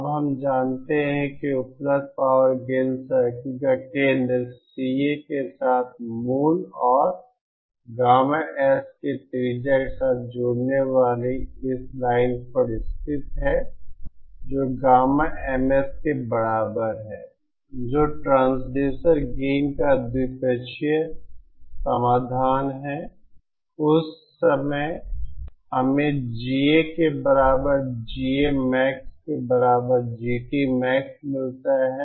अब हम जानते हैं कि उपलब्ध पावर गेन सर्कल का केंद्र CA के साथ मूल और गामा S के लिए त्रिज्या के साथ जुड़ने वाली इस लाइन पर स्थित है जो गामा MS के बराबर है जो ट्रांसड्यूसर गेन का द्विपक्षीय समाधान है उस समय हमें GA के बराबर GAmax के बराबर GTmax मिलता है